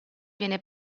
viene